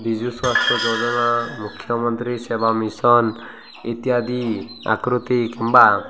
ବିଜୁ ସ୍ୱାସ୍ଥ୍ୟ ଯୋଜନା ମୁଖ୍ୟମନ୍ତ୍ରୀ ସେବା ମିଶନ ଇତ୍ୟାଦି ଆକୃତି କିମ୍ବା